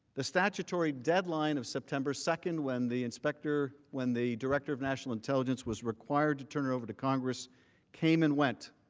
the statutory deadline of september two when the inspector, when the director of national intelligence was required to turn it over to congress came and went.